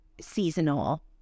seasonal